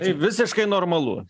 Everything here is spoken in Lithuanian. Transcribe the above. tai visiškai normalu